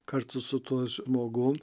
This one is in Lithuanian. kartu su tuo žmogum